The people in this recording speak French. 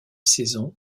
saison